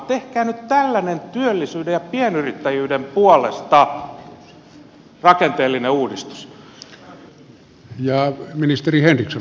tehkää nyt työllisyyden ja pienyrittäjyyden puolesta tällainen rakenteellinen uudistus